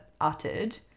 uttered